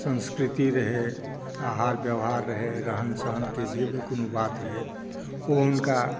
संस्कृति रहै आहार विहार रहै रहन सहनके जे भी कोनो बात रहै ओ हुनका